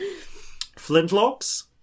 Flintlocks